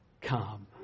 come